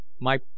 My